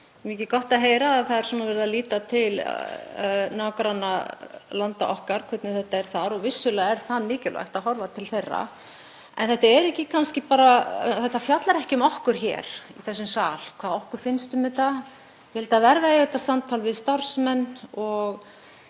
þykir gott að heyra að verið sé að líta til nágrannalanda okkar og þess hvernig þetta er þar og vissulega er mikilvægt að horfa til þeirra. En þetta fjallar ekki um okkur hér í þessum sal, hvað okkur finnst um þetta. Ég held að það verði að eiga þetta samtal við starfsmenn og